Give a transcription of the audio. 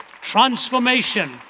Transformation